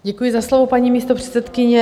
Děkuji za slovo, paní místopředsedkyně.